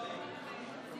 נכון.